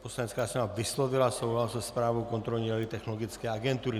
Poslanecká sněmovna vyslovila souhlas se zprávou Kontrolní rady Technologické agentury.